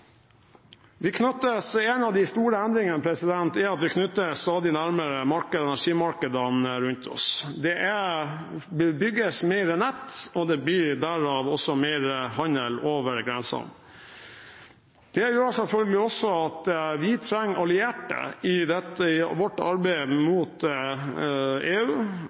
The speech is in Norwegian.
En av de store endringene er at vi knyttes stadig nærmere energimarkedene rundt oss. Det bygges mer nett, og det blir derav mer handel over grensene. Det gjør selvfølgelig også at vi trenger allierte i vårt arbeid mot EU.